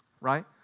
Right